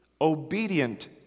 obedient